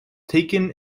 taken